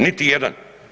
Niti jedan.